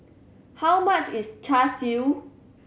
how much is Char Siu